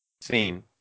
Scene